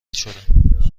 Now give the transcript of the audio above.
شدم